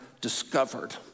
discovered